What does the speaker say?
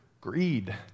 greed